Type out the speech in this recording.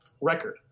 record